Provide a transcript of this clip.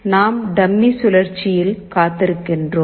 நாம் டம்மி சுழற்சியில் காத்திருக்கிறோம்